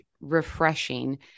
refreshing